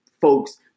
folks